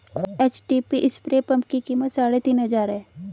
HTP spray pump की कीमत साढ़े तीन हजार है